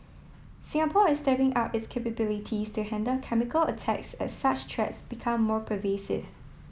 Singapore is stepping up its capabilities to handle chemical attacks as such threats become more pervasive